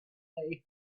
they